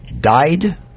died